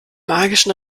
magischen